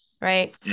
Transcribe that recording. right